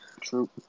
True